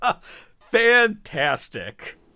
Fantastic